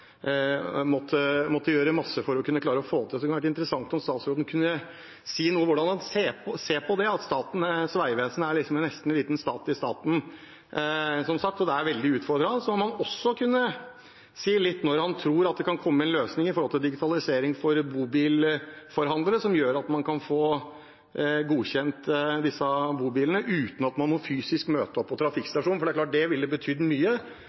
måtte gjøre en masse for å klare å få det til. Det hadde vært interessant om statsråden kunne si noe om hvordan han ser på det at Statens vegvesen som sagt nesten er en liten stat i staten – det er veldig utfordrende – og om han også kunne si litt om når han tror det kan komme en digitaliseringsløsning for bobilforhandlere som gjør at man kan få godkjent bobilene uten at man må møte opp fysisk på trafikkstasjonen. Det er klart at det ville betydd mye,